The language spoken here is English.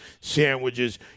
sandwiches